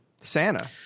Santa